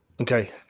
Okay